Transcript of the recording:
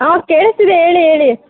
ಹಾಂ ಕೇಳಿಸ್ತಿದೆ ಹೇಳಿ ಹೇಳಿ